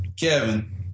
Kevin